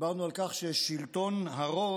דיברנו על כך ששלטון הרוב